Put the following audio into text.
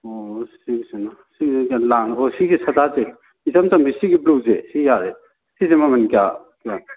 ꯑꯣ ꯁꯤꯁꯤꯃ ꯁꯤ ꯌꯥꯝ ꯂꯥꯡꯕ꯭ꯔꯣ ꯁꯤꯒꯤ ꯁꯗꯥꯁꯦ ꯏꯆꯝ ꯆꯝꯕꯤ ꯁꯤꯒꯤ ꯕ꯭ꯂꯨꯁꯦ ꯁꯤ ꯌꯥꯔꯦ ꯁꯤꯁꯦ ꯃꯃꯜ ꯀꯌꯥꯅꯣ